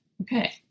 Okay